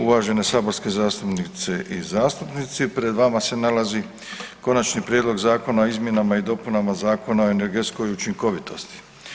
Uvažene saborske zastupnice i zastupnici, pred vama se nalazi Konačni prijedlog Zakona o izmjenama i dopunama Zakona o energetskoj učinkovitosti.